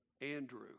Andrew